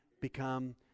become